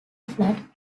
flat